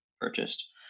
purchased